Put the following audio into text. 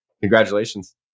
congratulations